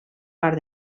part